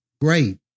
Great